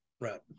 Right